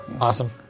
Awesome